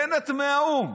בנט מהאו"ם.